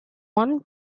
one